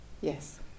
Yes